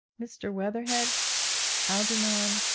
mr. weatherhead algernon!